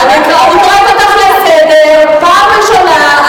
אני קוראת אותך לסדר פעם ראשונה.